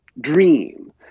dream